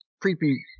creepy